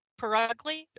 Perugly